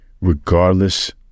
regardless